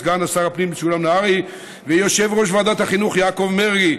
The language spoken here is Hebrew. סגן שר הפנים משולם נהרי ויושב-ראש ועדת החינוך יעקב מרגי,